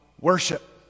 worship